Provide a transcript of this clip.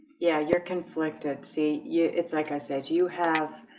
yeah, you're conflicted see yeah it's like i said you have